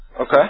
Okay